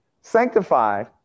sanctified